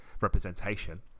representation